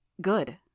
Good